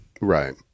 Right